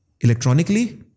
electronically